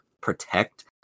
protect